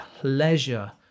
pleasure